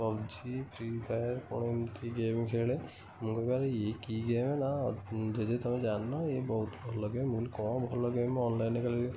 PUBG free fire କ'ଣ ଏମିତି game ଖେଳେ ମୁଁ କହିବି ଆରେ ଇଏ କି ଗେମ୍ ନା ଜେଜେ ତମେ ଜାଣିନ ଗେମ୍ ବହୁତ ଭଲ ଗେମ୍ ମୁଁ କହିଲି କ'ଣ ଭଲ ଗେମ୍ ମୁଁ ଅନ୍ଲାଇନ୍ରେ ଖେଳିଲି